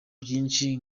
byinshi